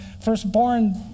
firstborn